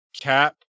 Cap